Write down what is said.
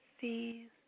see